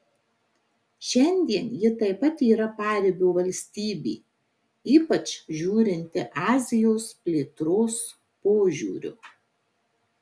šiandien ji taip pat yra paribio valstybė ypač žiūrinti azijos plėtros požiūriu